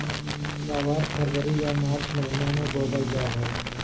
ग्वार फरवरी या मार्च महीना मे बोवल जा हय